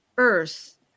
earth